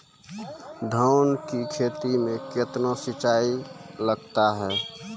धान की खेती मे कितने सिंचाई लगता है?